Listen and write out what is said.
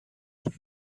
دور